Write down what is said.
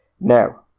now